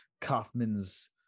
kaufman's